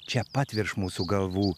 čia pat virš mūsų galvų